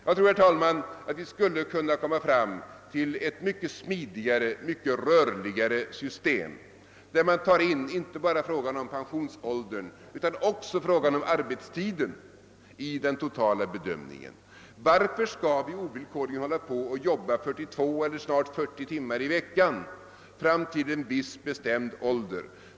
Jag tror, herr talman, att vi skulle kunna komma fram till ett mycket smidigare och mycket rörligare system, där man i den totala bedömningen tar in inte bara frågan om pensionsålder utan också frågan om arbetstiden. Varför skall vi ovillkorligen hålla på att jobba 42 eller snart 40 timmar i veckan fram till en viss bestämd ålder?